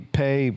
pay